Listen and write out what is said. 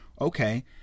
okay